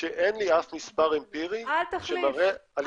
שאין לי אף מספר אמפירי שמראה על היעילות שלו.